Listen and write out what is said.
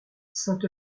sainte